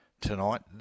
tonight